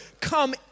come